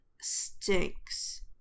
stinks